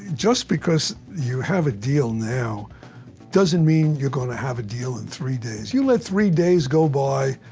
just because you have a deal now doesn't mean you're gonna have a deal in three days. you let three days go by,